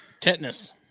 tetanus